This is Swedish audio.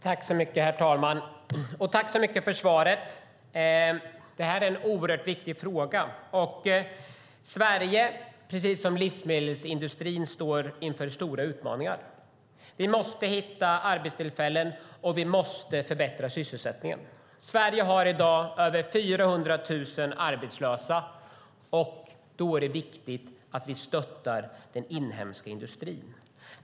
Herr talman! Tack för svaret! Det här är en oerhört viktig fråga. Sverige, precis som livsmedelsindustrin, står inför stora utmaningar. Vi måste hitta arbetstillfällen, och vi måste förbättra sysselsättningen. Sverige har i dag över 400 000 arbetslösa. Då är det viktigt att vi stöttar den inhemska industrin.